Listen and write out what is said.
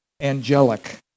angelic